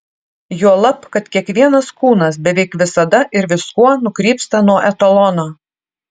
juolab kad kiekvienas kūnas beveik visada ir viskuo nukrypsta nuo etalono